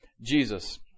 Jesus